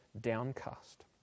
downcast